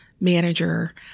manager